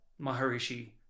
Maharishi